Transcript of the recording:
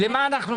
למדתי.